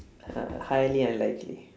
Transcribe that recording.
uh highly unlikely